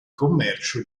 commercio